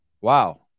Wow